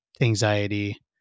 anxiety